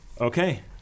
Okay